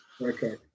Okay